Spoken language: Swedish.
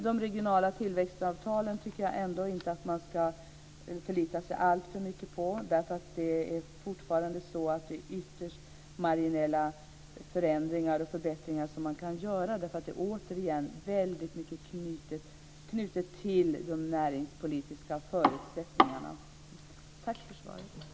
De regionala tillväxtavtalen tycker jag inte att man ska förlita sig alltför mycket på. Det är fortfarande ytterst marginella förändringar och förbättringar som man kan göra. Det är återigen väldigt hårt knutet till de näringspolitiska förutsättningarna. Tack för svaret.